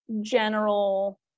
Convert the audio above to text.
general